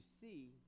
see